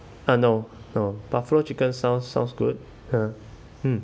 uh no no buffalo chicken sounds sounds good ya mm